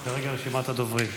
כרגע רשימת הדוברים.